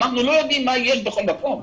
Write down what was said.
אנחנו לא יודעים מה יש בכל מקום,